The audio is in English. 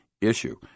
issue